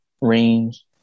range